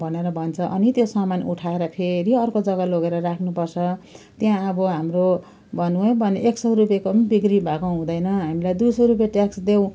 भनेर भन्छ अनि त्यो सामान उठाएर फेरि अर्को जग्गा लगेर राख्नुपर्छ त्यहाँ अब हाम्रो भनौँ भने एक सौ रुपियाँको पनि बिक्री भएको हुँदैन हामीलाई दुई सौ रुपियाँ ट्याक्स देऊ